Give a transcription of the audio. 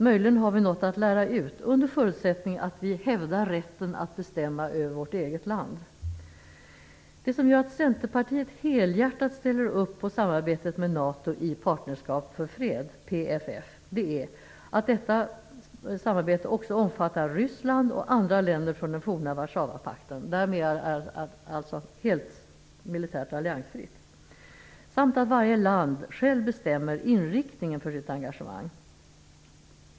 Möjligen har vi något att lära ut, under förutsättning att vi hävdar rätten att bestämma över vårt eget land. Det som gör att Centerpartiet helhjärtat ställer upp på samarbetet med NATO i Partnerskap för fred, PFF, är att detta också omfattar Ryssland och andra länder från den forna Warszawapakten, och därmed alltså är helt militärt alliansfritt, samt att varje land själv bestämmer inriktningen för sitt engagemang.